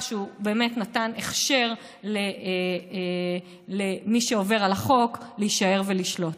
שהוא באמת נתן הכשר למי שעובר על החוק להישאר ולשלוט.